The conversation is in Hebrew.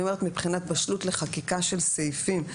אני אומרת מבחינת בשלות לחקיקה של סעיפים.